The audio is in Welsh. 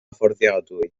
fforddiadwy